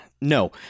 No